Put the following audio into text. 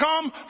come